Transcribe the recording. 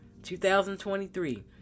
2023